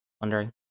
wondering